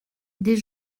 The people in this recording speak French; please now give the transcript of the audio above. des